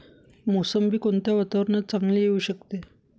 मोसंबी कोणत्या वातावरणात चांगली येऊ शकते?